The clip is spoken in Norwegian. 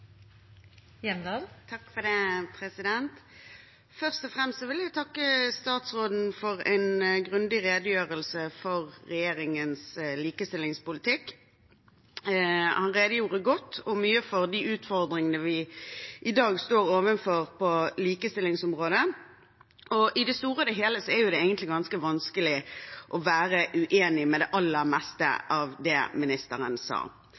Først og fremst vil jeg takke statsråden for en grundig redegjørelse for regjeringens likestillingspolitikk. Han redegjorde godt og mye for de utfordringene vi i dag står overfor på likestillingsområdet. I det store og hele er det egentlig ganske vanskelig å være uenig i det aller meste av det ministeren sa.